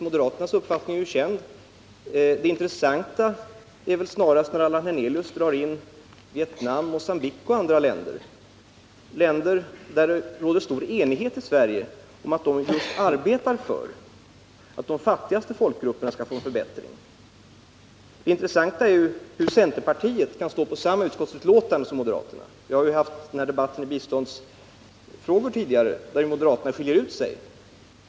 Moderaternas uppfattning är ju känd. Det intressanta är snarast att Allan Hernelius drar in Vietnam, Mogambique och andra länder, beträffande vilka det råder stor enighet i Sverige om att de arbetar för att de fattigaste folkgrupperna skall få en förbättring. Man frågar sig också hur centerpartiet kan stå för samma utskottsbetänkande som moderaterna. I debatten tidigare om biståndsfrågor skilde moderaterna ut sig.